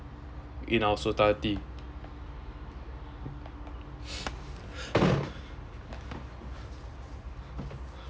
in our society